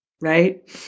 right